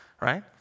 right